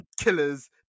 killers